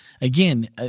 again